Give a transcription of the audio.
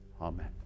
Amen